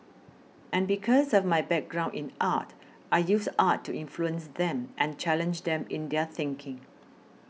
and because of my background in art I use art to influence them and challenge them in their thinking